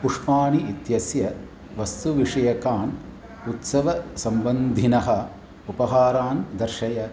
पुष्पाणि इत्यस्य वस्तुविषयकान् उत्सवसम्बन्धिनः उपहारान् दर्शय